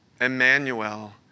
Emmanuel